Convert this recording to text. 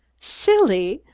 silly!